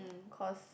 cause